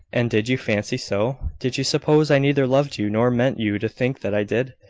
and did you fancy so? did you suppose i neither loved you, nor meant you to think that i did?